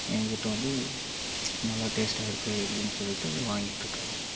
எங்ககிட்டே வந்து நல்லா டேஸ்ட்டாக இருக்குது அப்படின்னு சொல்லிகிட்டு வாங்கிட்டுருக்காங்க